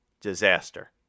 disaster